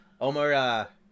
omar